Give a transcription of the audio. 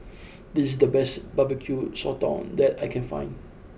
this is the best Barbecue Sotong that I can find